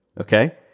Okay